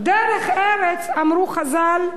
"דרך ארץ", אמרו חז"ל,